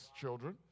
children